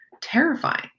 terrifying